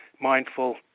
mindful